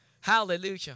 Hallelujah